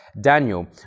Daniel